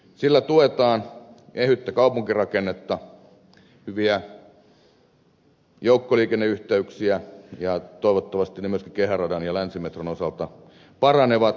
sillä tuetaan ehyttä kaupunkirakennetta hyviä joukkoliikenneyhteyksiä ja toivottavasti ne myöskin kehäradan ja länsimetron myötä paranevat